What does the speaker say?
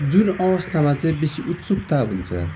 जुन अवस्थामा चाहिँ बेसी उत्सुकता हुन्छ